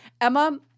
Emma